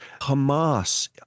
Hamas